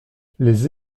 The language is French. les